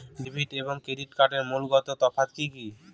Debit এবং credit কার্ডের মূলগত তফাত কি কী?